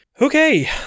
Okay